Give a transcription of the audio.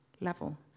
level